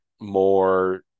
more